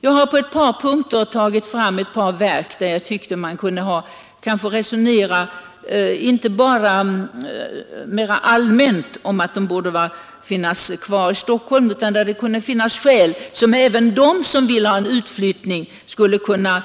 Jag har nämnt ett par verk, där jag tycker att även de som vill ha en utflyttning borde kunnat